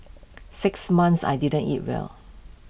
six months I didn't eat well